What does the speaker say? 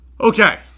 Okay